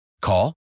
Call